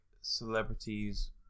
celebrities